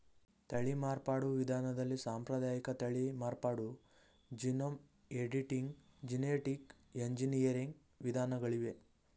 ತಳಿ ಮಾರ್ಪಾಡು ವಿಧಾನದಲ್ಲಿ ಸಾಂಪ್ರದಾಯಿಕ ತಳಿ ಮಾರ್ಪಾಡು, ಜೀನೋಮ್ ಎಡಿಟಿಂಗ್, ಜೆನಿಟಿಕ್ ಎಂಜಿನಿಯರಿಂಗ್ ವಿಧಾನಗಳಿವೆ